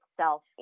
self